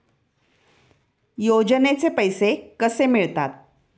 योजनेचे पैसे कसे मिळतात?